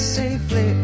safely